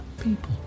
people